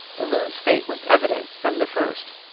the loon's fate was evident from the first.